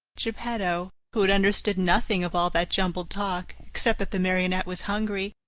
geppetto, who had understood nothing of all that jumbled talk, except that the marionette was hungry,